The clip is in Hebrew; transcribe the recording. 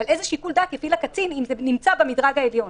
אבל איזה שיקול דעת יפעיל הקצין אם זה נמצא במדרג העליון?